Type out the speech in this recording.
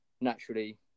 naturally